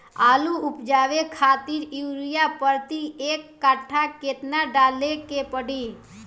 आलू उपजावे खातिर यूरिया प्रति एक कट्ठा केतना डाले के पड़ी?